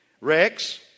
Rex